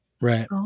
Right